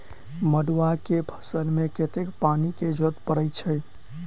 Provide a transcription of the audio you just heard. मड़ुआ केँ फसल मे कतेक पानि केँ जरूरत परै छैय?